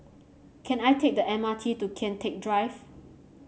can I take the M R T to Kian Teck Drive